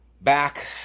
back